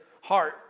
heart